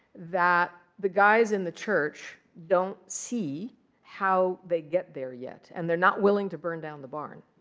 that the guys in the church don't see how they get there yet. and they're not willing to burn down the barn.